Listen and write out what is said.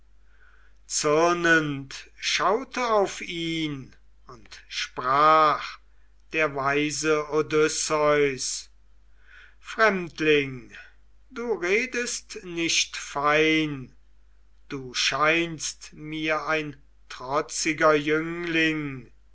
zürnend schaute auf ihn und sprach der weise odysseus fremdling du redest nicht fein du scheinst mir ein trotziger jüngling